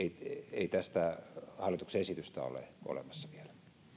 ei tästä hallituksen esitystä ole olemassa vielä